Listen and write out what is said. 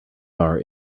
are